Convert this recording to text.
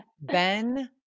Ben